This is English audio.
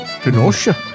Kenosha